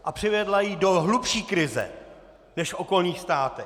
A přivedla ji do hlubší krize než v okolních státech.